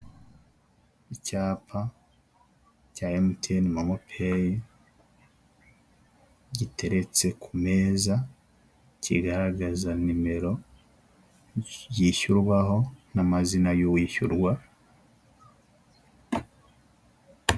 icyapa cya MTN momo payi, giteretse ku meza kigaragaza nimero yishyurwaho, n'amazina y'uwishyurwa.